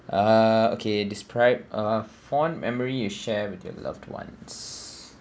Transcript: uh okay describe a fond memory you share with your loved ones